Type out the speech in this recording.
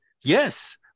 Yes